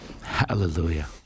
Hallelujah